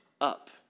up